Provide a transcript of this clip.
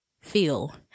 feel